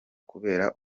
kubera